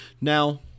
Now